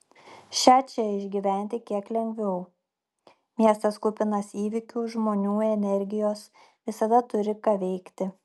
šią čia išgyventi kiek lengviau miestas kupinas įvykių žmonių energijos visada turi ką veikti